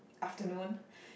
afternoon